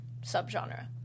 subgenre